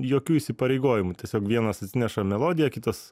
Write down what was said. jokių įsipareigojimų tiesiog vienas atsineša melodiją kitas